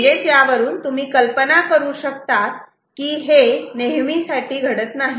यावरून तुम्ही कल्पना करू शकतात की हे नेहमी घडत नाही